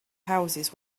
houses